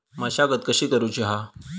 मशागत कशी करूची हा?